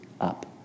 up